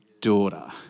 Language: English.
Daughter